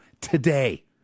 today